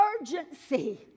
urgency